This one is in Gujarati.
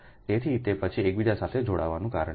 તેથી તે પછી એકબીજા સાથે જોડાવાનું કારણ છે